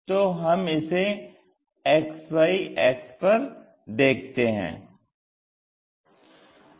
तो हम इसे XY अक्ष पर देखते हैं